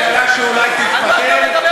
על מה אתה מדבר?